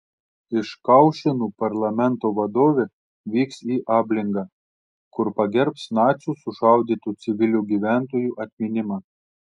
iš kaušėnų parlamento vadovė vyks į ablingą kur pagerbs nacių sušaudytų civilių gyventojų atminimą